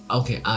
okay